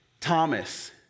Thomas